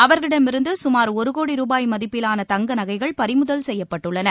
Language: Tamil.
அவர்களிடமிருந்து கமார் ஒரு கோடி ரூபாய் மதிப்பிலான தங்க நகைகள் பறிமுதல் செய்யப்பட்டுள்ளன